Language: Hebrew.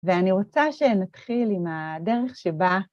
ואני רוצה שנתחיל עם הדרך שבה...